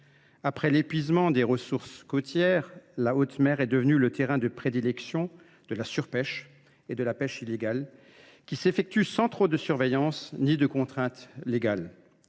Après l’épuisement des ressources côtières, la haute mer est devenue le terrain de prédilection de la surpêche et de la pêche illégale, qui s’effectuent sans trop de surveillance ni de contrainte légale.